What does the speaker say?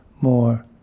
more